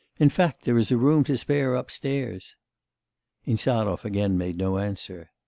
in fact there is a room to spare upstairs insarov again made no answer.